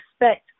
expect